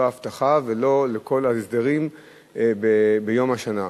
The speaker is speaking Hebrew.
לא לאבטחה ולא לכל ההסדרים ביום השנה.